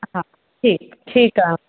हा ठीकु ठीकु आहे